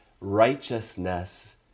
righteousness